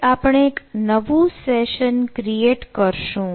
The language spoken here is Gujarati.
હવે આપણે એક નવું સેશન ક્રીએટ લખશું